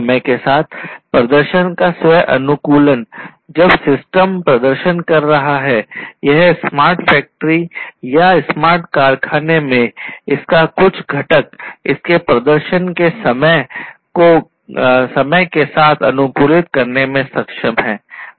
समय के साथ प्रदर्शन का स्व अनुकूलन जब सिस्टम प्रदर्शन कर रहा है यह स्मार्ट फ़ैक्टरी या स्मार्ट कारखाने में इसका कुछ घटक इसके प्रदर्शन को समय के साथ अनुकूलित करने में सक्षम है